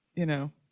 you know,